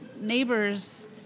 neighbors